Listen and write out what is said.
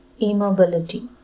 immobility